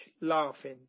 laughing